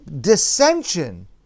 dissension